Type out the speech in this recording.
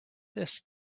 this